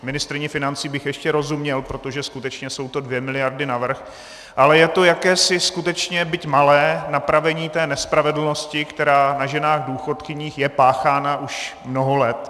Ministryni financí bych ještě rozuměl, protože skutečně jsou to dvě miliardy navrch, ale je to jakési skutečně, byť malé, napravení té nespravedlnosti, která na ženách důchodkyních je páchána už mnoho let.